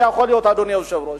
אדוני היושב-ראש.